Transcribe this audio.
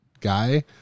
guy